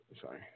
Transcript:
Sorry